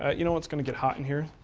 ah you know, it's going to get hot in here.